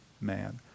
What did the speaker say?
man